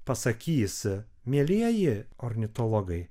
pasakys mielieji ornitologai